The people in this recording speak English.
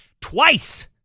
twice